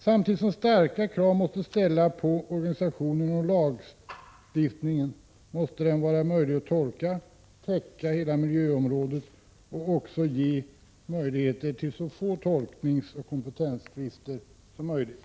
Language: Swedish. Samtidigt som stora krav måste ställas på organisationen och lagstiftningen måste lagstiftningen var möjlig att tolka — den måste täcka hela miljöområdet och ge möjligheter till så få tolkningsoch kompetenstvister som möjligt.